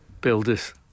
builders